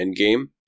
endgame